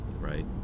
Right